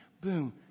boom